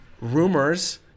rumors